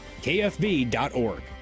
KFB.org